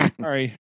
sorry